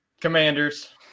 Commanders